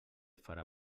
farà